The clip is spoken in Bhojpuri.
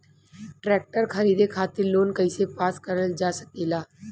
ट्रेक्टर खरीदे खातीर लोन कइसे पास करल जा सकेला?